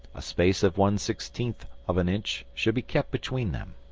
a space of one-sixteenth of an inch should be kept between them.